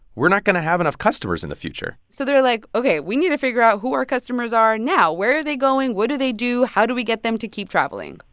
we're not going to have enough customers in the future so they're like ok, we need to figure out who our customers are now. where are they going? what do they do? how do we get them to keep traveling?